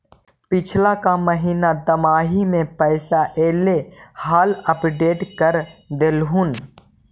पिछला का महिना दमाहि में पैसा ऐले हाल अपडेट कर देहुन?